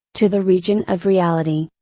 to the region of reality,